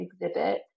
Exhibit